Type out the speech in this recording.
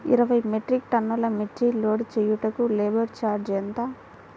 ఇరవై మెట్రిక్ టన్నులు మిర్చి లోడ్ చేయుటకు లేబర్ ఛార్జ్ ఎంత?